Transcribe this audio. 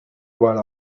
while